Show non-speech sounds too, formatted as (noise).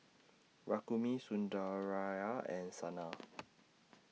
Rukmini Sundaraiah and Sanal (noise)